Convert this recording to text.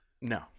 no